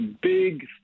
big